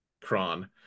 Kron